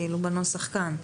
בנוסח כאן,